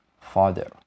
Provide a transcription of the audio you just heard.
Father